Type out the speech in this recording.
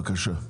בבקשה.